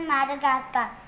Madagascar